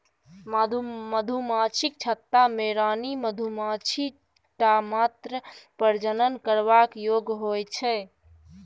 मधुमाछीक छत्ता मे रानी मधुमाछी टा मात्र प्रजनन करबाक योग्य होइ छै